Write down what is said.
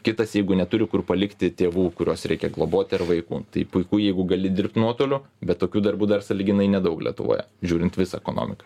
kitas jeigu neturi kur palikti tėvų kuriuos reikia globoti ar vaikų tai puiku jeigu gali dirbt nuotoliu bet tokių darbų dar sąlyginai nedaug lietuvoje žiūrint visą ekonomiką